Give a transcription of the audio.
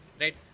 Right